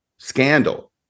scandal